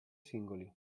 singoli